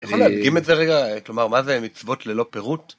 ‫יכול להדגים את זה רגע? ‫כלומר, מה זה מצוות ללא פירוט?